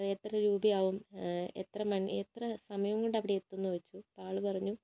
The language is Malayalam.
അപ്പൊൾ എത്ര രൂപയാകും എത്ര മണി എത്ര സമയം കൊണ്ടവിടെ എത്തുമെന്ന് ചോദിച്ചു അപ്പൊൾ ആളു പറഞ്ഞു